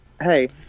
hey